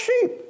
sheep